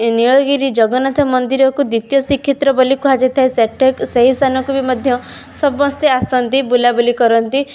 ନୀଳଗିରି ଜଗନ୍ନାଥ ମନ୍ଦିରକୁ ଦ୍ୱିତୀୟ ଶ୍ରୀକ୍ଷେତ୍ର ବୋଲି କୁହାଯାଇଥାଏ ସେହି ସ୍ଥାନକୁ ମଧ୍ୟ ସମସ୍ତେ ଆସନ୍ତି ବୁଲା ବୁଲି କରନ୍ତି